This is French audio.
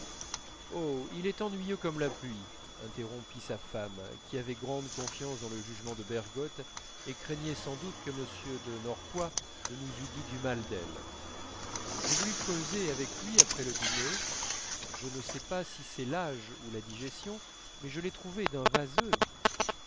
oh il est ennuyeux comme la pluie interrompit sa femme qui avait grande confiance dans le jugement de bergotte et craignait sans doute que m de norpois ne nous eût dit du mal d'elle j'ai voulu causer avec lui après le dîner je ne sais pas si c'est l'âge ou la digestion mais je l'ai trouvé d'un vaseux